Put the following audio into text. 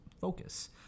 focus